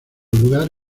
lugar